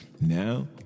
Now